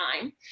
time